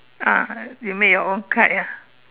ah you make your own kite ah